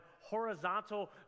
horizontal